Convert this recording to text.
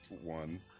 one